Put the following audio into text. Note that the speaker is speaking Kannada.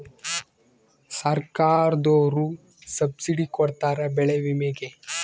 ಸರ್ಕಾರ್ದೊರು ಸಬ್ಸಿಡಿ ಕೊಡ್ತಾರ ಬೆಳೆ ವಿಮೆ ಗೇ